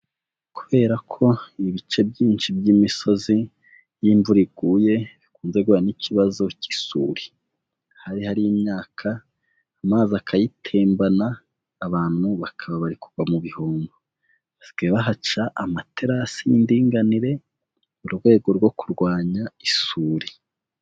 Kubera ko ibice byinshi by'imisozi iyo imvura iguye, bikunze guhura n'ikibazo cy'isuri, ahari hari imyaka amazi akayitembana abantu bakaba barikugwa mu bihombo, basigaye bahaca amaterasi y'indinganire, mu rwego rwo kurwanya isuri.